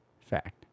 fact